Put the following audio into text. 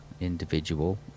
individual